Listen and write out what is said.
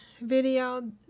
video